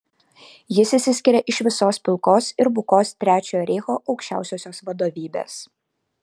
jis išsiskiria iš visos pilkos ir bukos trečiojo reicho aukščiausiosios vadovybės